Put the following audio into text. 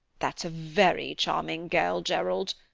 that's a very charming girl, gerald,